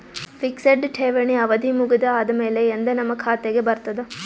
Fixed ಠೇವಣಿ ಅವಧಿ ಮುಗದ ಆದಮೇಲೆ ಎಂದ ನಮ್ಮ ಖಾತೆಗೆ ಬರತದ?